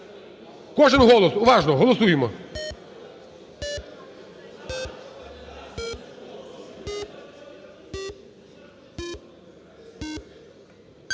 Кожен голос, уважно, голосуємо.